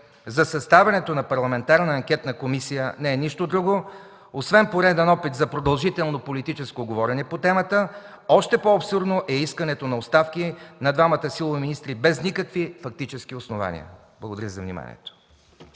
за съставянето на парламентарна анкетна комисия не е нищо друго освен пореден опит за продължително политическо говорене по темата, още по-абсурдно е искането на оставки на двамата силови министри без никакви фактически основания. Благодаря за вниманието.